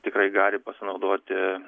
tikrai gali pasinaudoti